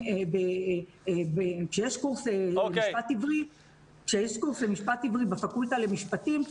כשיש קורס במשפט עברי בפקולטה למשפטים,